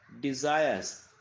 desires